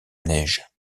neige